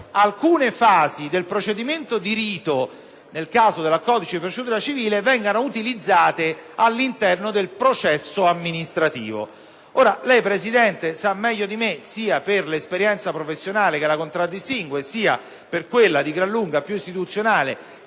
alcune fasi del procedimento di rito, quello relativo, nel caso, del codice di procedura civile, vengano utilizzate all’interno del processo amministrativo. Lei, Presidente, sa meglio di me, sia per l’esperienza professionale che la contraddistingue, sia per quella di gran lunga piuistituzionale